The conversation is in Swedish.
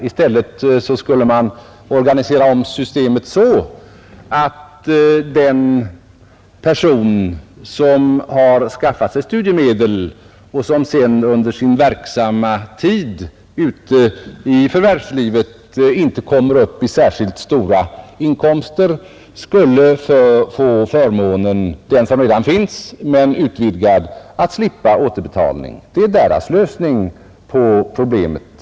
I stället skulle man organisera om systemet så att den person som har skaffat sig studiemedel och som sedan under sin verksamma tid ute i förvärvslivet inte kommer upp i särskilt stora inkomster skulle få förmånen — den som redan finns men en utvidgad sådan — att slippa återbetalning. Det är deras lösning på problemet.